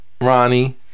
Ronnie